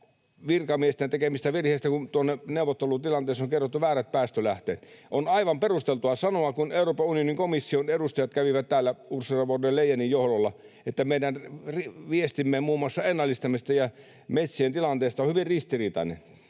virkamiestemme tekemistä virheistä, kun neuvottelutilanteissa on kerrottu väärät päästölähteet. On aivan perusteltua sanoa, että kun Euroopan unionin komission edustajat kävivät täällä Ursula von der Leyenin johdolla, niin meidän viestimme muun muassa ennallistamisesta ja metsien tilanteesta oli hyvin ristiriitainen.